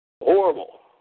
Horrible